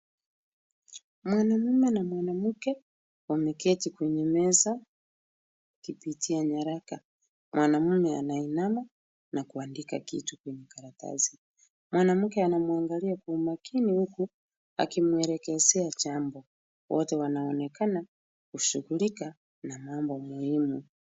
Mwanaume na mwanamke wameketi kwenye meza wakipitia nyaraka. Mwanaume anainama na kuandika kitu kwenye karatasi. Mwanamke anamwangalia kwa umakini huku akimwelekezea jambo. Wote wanaonekana kushughulika na mambo muhimu.